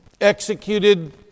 executed